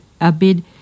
Abid